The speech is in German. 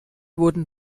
wurden